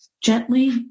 gently